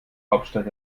hauptstadt